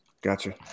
Gotcha